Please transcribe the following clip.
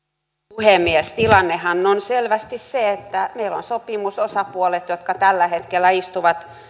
puhemies tilannehan on selvästi se että meillä on sopimusosapuolet jotka tällä hetkellä istuvat